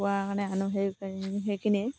কুকুৰাৰ কাৰণে আনোঁ সেই সেইখিনিয়ে